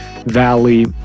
Valley